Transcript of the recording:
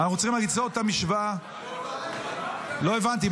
אנחנו צריכים רק ליצור את המשוואה ------ לא הבנתי,